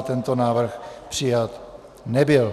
Tento návrh přijat nebyl.